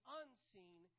unseen